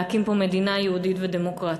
להקים פה מדינה יהודית ודמוקרטית.